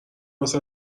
واست